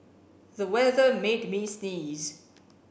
the weather made me sneeze